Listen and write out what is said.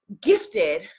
gifted